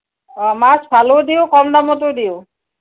অঁ মাছ ভালো দিওঁ কম দামতো দিওঁ